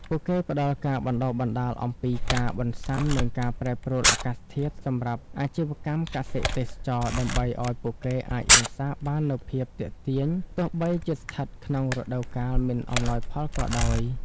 ពួកគេផ្ដល់ការបណ្ដុះបណ្ដាលអំពីការបន្ស៊ាំនឹងការប្រែប្រួលអាកាសធាតុ សម្រាប់អាជីវកម្មកសិ-ទេសចរណ៍ ដើម្បីឱ្យពួកគេអាចរក្សាបាននូវភាពទាក់ទាញទោះបីជាស្ថិតក្នុងរដូវកាលមិនអំណោយផលក៏ដោយ។